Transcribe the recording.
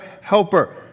helper